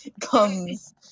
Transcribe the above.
comes